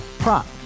Prop